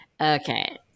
Okay